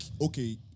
okay